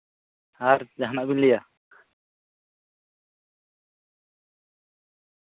ᱟᱨ ᱡᱟᱦᱟᱱᱟᱜ ᱵᱤᱱ ᱞᱟᱹᱭᱟ